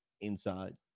inside